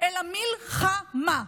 אלא מלחמה,